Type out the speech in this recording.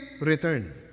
return